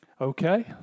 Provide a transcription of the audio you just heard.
Okay